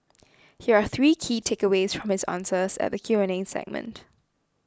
here are three key takeaways from his answers at the Q and A segment